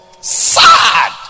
Sad